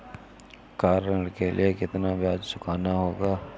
Car ऋण के लिए कितना ब्याज चुकाना होगा?